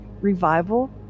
revival